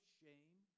shame